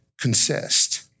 consist